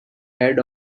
head